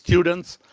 students,